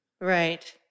Right